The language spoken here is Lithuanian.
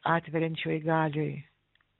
atveriančioj galioj